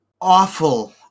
awful